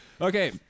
Okay